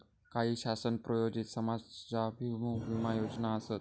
काही शासन प्रायोजित समाजाभिमुख विमा योजना आसत